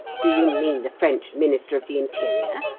do you mean the french minister of the interior,